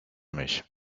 mich